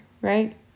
right